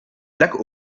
black